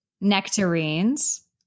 nectarines